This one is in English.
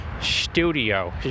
studio